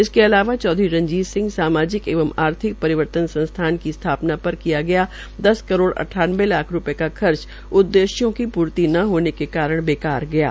इसके अलावा चौधरी रंजीत सामाजिक एवं आर्थिक परिवर्तन संस्थान की स्थापना पर किया गया दस करोड़ अट्ठानबे लाख रूपये का खर्च उददेश्यों की पूर्ति की पूर्ति न होने के कारण बेकार गये